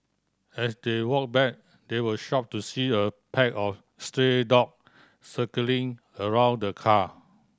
as they walk back they were shocked to see a pack of stray dog circling around the car